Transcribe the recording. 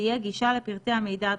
תהיה גישה לפרטי המידע הדרושים.